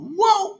whoa